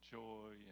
joy